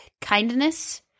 kindness